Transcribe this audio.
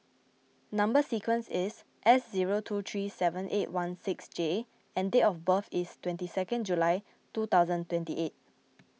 Number Sequence is S zero two three seven eight one six J and date of birth is twenty two July two thousand and twenty eight